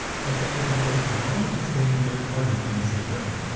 had sexual intercourse with non participating third-party in the same room.